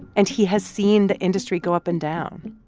and he has seen the industry go up and down.